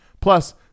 Plus